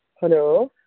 hello